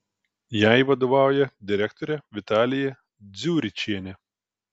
jai vadovauja direktorė vitalija dziuričienė